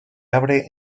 abre